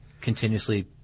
continuously